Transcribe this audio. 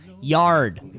Yard